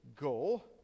goal